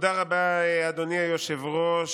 תודה רבה, אדוני היושב-ראש.